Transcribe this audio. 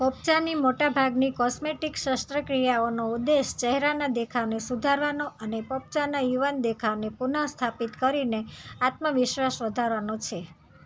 પોપચાંની મોટાભાગની કોસ્મેટિક શસ્ત્રક્રિયાઓનો ઉદ્દેશ ચહેરાના દેખાવને સુધારવાનો અને પોપચાંના યુવાન દેખાવને પુનઃસ્થાપિત કરીને આત્મવિશ્વાસ વધારવાનો છે